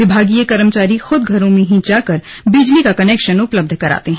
विभागीय कर्मचारी खुद घरों में ही जाकर बिजली का कनेक्शन उपलब्ध करा देते हैं